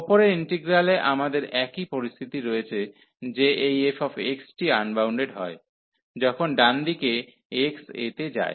ওপরের ইন্টিগ্রালে আমাদের একই পরিস্থিতি রয়েছে যে এই f টি আনবাউন্ডেড হয় যখন ডানদিকে x a তে যায়